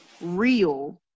real